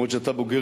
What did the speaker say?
אף שאתה בוגר